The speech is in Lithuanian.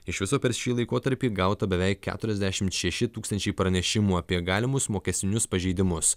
iš viso per šį laikotarpį gauta beveik keturiasdešimt šeši tūkstančiai pranešimų apie galimus mokestinius pažeidimus